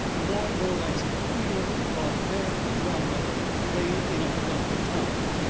more and more like some queer barbaric drama played in a forgotten tongue.